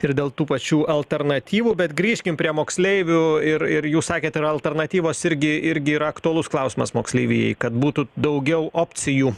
ir dėl tų pačių alternatyvų bet grįžkim prie moksleivių ir ir jūs sakėt ir alternatyvos irgi irgi yra aktualus klausimas moksleivijai kad būtų daugiau opcijų